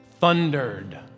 thundered